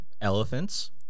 Elephants